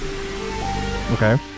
Okay